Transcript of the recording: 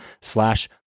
slash